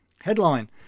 Headline